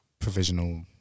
provisional